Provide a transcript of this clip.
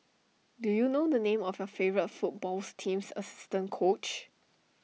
do you know the name of your favourite footballs team's assistant coach